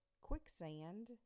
Quicksand